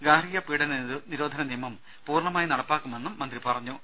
ഗാർഹിക പീഡന നിരോധന നിയമം പൂർണമായി നടപ്പാക്കുമെന്നും മന്ത്രി പറഞ്ഞു